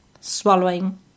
swallowing